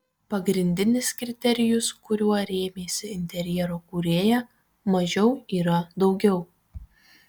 pagrindinis kriterijus kuriuo rėmėsi interjero kūrėja mažiau yra daugiau